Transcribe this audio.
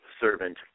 servant